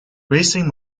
wasting